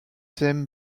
them